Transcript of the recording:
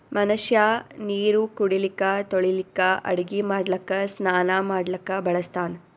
ಮನಷ್ಯಾ ನೀರು ಕುಡಿಲಿಕ್ಕ ತೊಳಿಲಿಕ್ಕ ಅಡಗಿ ಮಾಡ್ಲಕ್ಕ ಸ್ನಾನಾ ಮಾಡ್ಲಕ್ಕ ಬಳಸ್ತಾನ್